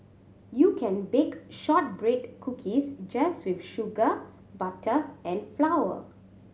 you can bake shortbread cookies just with sugar butter and flour